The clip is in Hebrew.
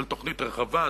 של תוכנית רחבה,